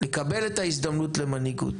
לקבל את ההזדמנות למנהיגות.